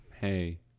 Hey